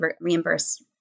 reimburse